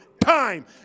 time